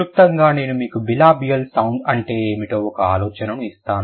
క్లుప్తంగా నేను మీకు బిలాబియల్ సౌండ్ అంటే ఏమిటో ఒక ఆలోచనను ఇస్తాను